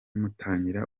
mutangira